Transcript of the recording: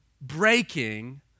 breaking